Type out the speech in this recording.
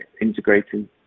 integrating